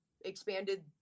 expanded